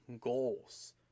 goals